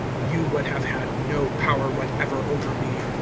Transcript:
you would have had no power whatever over me,